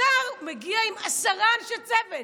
השר מגיע עם עשרה אנשי צוות.